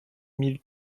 mille